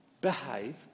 behave